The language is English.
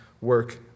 work